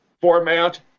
format